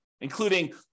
including